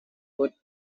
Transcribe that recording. wood